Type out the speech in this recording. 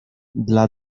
dla